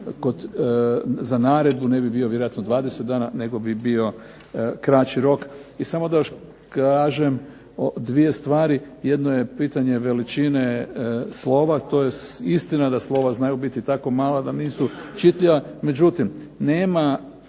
za naredbu ne bi bio vjerojatno 20 dana, nego bi bio kraći rok. I samo da još kažem o dvije stvari. Jedno je pitanje veličine slova, to je istina da slova znaju biti tako mala da nisu čitljiva, međutim nema